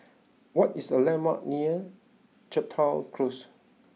what is the landmarks near Chepstow Close